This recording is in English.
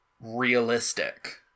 realistic